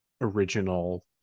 original